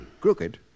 Crooked